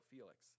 Felix